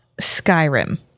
Skyrim